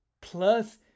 plus